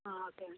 madam